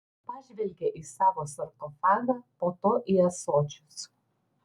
pažvelgė į savo sarkofagą po to į ąsočius